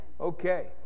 Okay